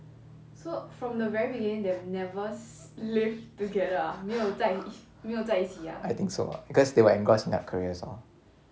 I think so ah because they were engrossed in their careers orh